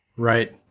Right